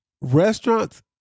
restaurants